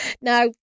Now